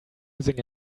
using